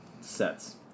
sets